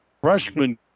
freshman